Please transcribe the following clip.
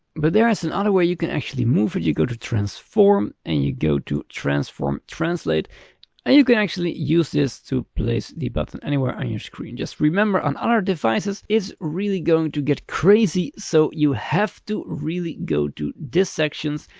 but there is another way you can actually move it you go to transform and you go to transform translate. and ah you can actually use this to place the button anywhere on your screen, just remember on on our devices is really going to get crazy. so you have to really go to this section,